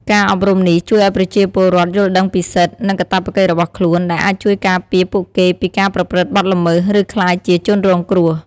ការអប់រំនេះជួយឱ្យប្រជាពលរដ្ឋយល់ដឹងពីសិទ្ធិ និងកាតព្វកិច្ចរបស់ខ្លួន ដែលអាចជួយការពារពួកគេពីការប្រព្រឹត្តបទល្មើស ឬក្លាយជាជនរងគ្រោះ។